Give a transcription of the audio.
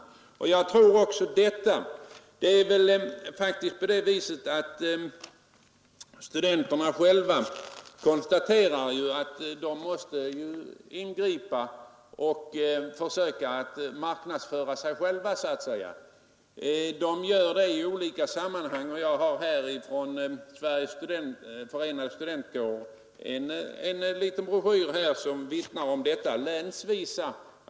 Också jag tror att det är riktigt. Studenterna konstaterar ju att de måste vidta åtgärder för att marknadsföra sig själva i olika sammanhang. Jag har i min hand en broschyr från Sveriges Förenade studentkårer, vilken vittnar om detta agerande som bedrivs länsvis.